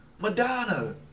Madonna